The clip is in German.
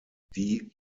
die